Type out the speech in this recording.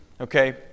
okay